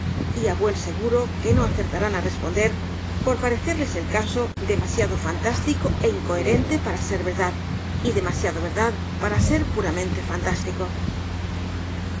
á buen seguro que no acertarán á responder por parecerles el caso demasiado fantástico é incoherente para ser verdad y demasiado verdad para ser puramente fantástico